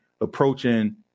approaching